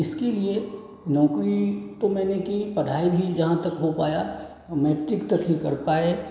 इसके लिए नौकरी तो मैंने की पढ़ाई भी जहाँ तक हो पाया मैट्रिक तक ही कर पाए